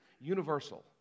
universal